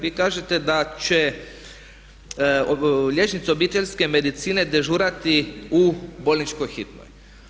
Vi kažete da će liječnici obiteljske medicine dežurati u bolničkoj hitnoj.